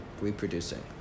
reproducing